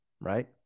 Right